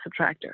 subtractor